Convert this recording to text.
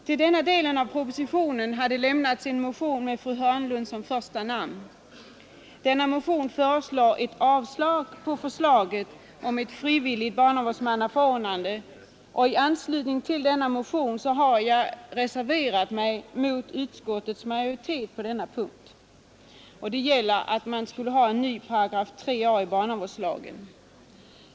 Till den delen av propositionen har lämnats en motion med fru Hörnlund som första namn. Denna motion avstyrker förslaget om ett frivilligt barnavårdsmannaförordnande, och i anslutning till denna motion har jag reserverat mig mot utskottets majoritet på denna punkt, som gäller en ny paragraf 3 a i barnavårdslagen.